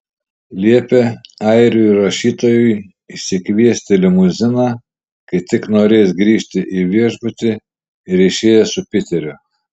liepė airių rašytojui išsikviesti limuziną kai tik norės grįžti į viešbutį ir išėjo su piteriu